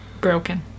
broken